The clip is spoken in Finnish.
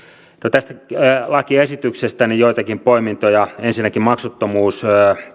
tästä lakiesityksestä joitakin poimintoja ensinnäkin maksuttomuus